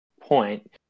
point